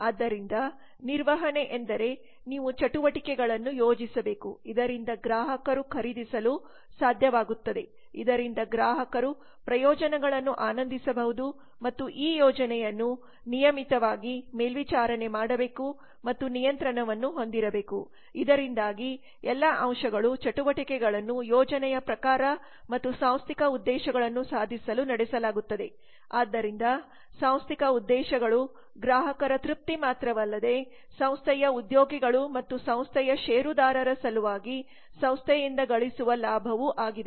ಆದ್ದರಿಂದ ನಿರ್ವಹಣೆ ಎಂದರೆ ನೀವು ಚಟುವಟಿಕೆಗಳನ್ನು ಯೋಜಿಸಬೇಕು ಇದರಿಂದ ಗ್ರಾಹಕರು ಖರೀದಿಸಲು ಸಾಧ್ಯವಾಗುತ್ತದೆ ಇದರಿಂದ ಗ್ರಾಹಕರು ಪ್ರಯೋಜನಗಳನ್ನು ಆನಂದಿಸಬಹುದು ಮತ್ತು ಈ ಯೋಜನೆಯನ್ನು ನಿಯಮಿತವಾಗಿ ಮೇಲ್ವಿಚಾರಣೆ ಮಾಡಬೇಕು ಮತ್ತು ನಿಯಂತ್ರಣವನ್ನು ಹೊಂದಿರಬೇಕು ಇದರಿಂದಾಗಿ ಎಲ್ಲಾ ಅಂಶಗಳು ಚಟುವಟಿಕೆಗಳನ್ನು ಯೋಜನೆಯ ಪ್ರಕಾರ ಮತ್ತು ಸಾಂಸ್ಥಿಕ ಉದ್ದೇಶಗಳನ್ನು ಸಾಧಿಸಲು ನಡೆಸಲಾಗುತ್ತದೆ ಆದ್ದರಿಂದ ಸಾಂಸ್ಥಿಕ ಉದ್ದೇಶಗಳು ಗ್ರಾಹಕರ ತೃಪ್ತಿ ಮಾತ್ರವಲ್ಲದೆ ಸಂಸ್ಥೆಯ ಉದ್ಯೋಗಿಗಳು ಮತ್ತು ಸಂಸ್ಥೆಯ ಷೇರುದಾರರ ಸಲುವಾಗಿ ಸಂಸ್ಥೆಯಿಂದ ಗಳಿಸುವ ಲಾಭವೂ ಆಗಿದೆ